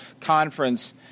conference